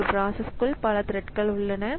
ஒரு ப்ராசஸ்க்குள் பல த்ரெட்கள் உள்ளன